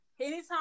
anytime